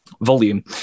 volume